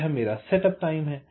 यह मेरा सेटअप समय है